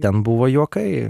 ten buvo juokai